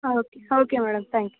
okay okay madam thank you